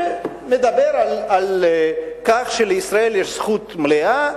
שמדבר על כך שלישראל יש זכות מלאה,